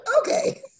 okay